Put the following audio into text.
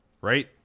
Right